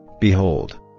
behold